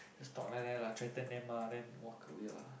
just talk like that lah threaten them then walk away ah